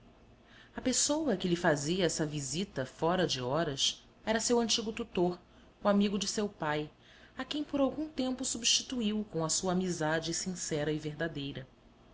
a pessoa que lhe fazia essa visita fora de horas era seu antigo tutor o amigo de seu pai a quem por algum tempo substituiu com a sua amizade sincera e verdadeira